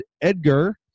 Edgar